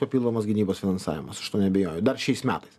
papildomas gynybos finansavimas aš neabejoju dar šiais metais